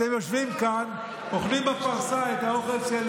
אתם יושבים כאן, אוכלים בפרסה את האוכל של